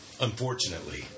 Unfortunately